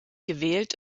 gewählt